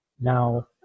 Now